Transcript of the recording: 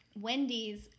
Wendy's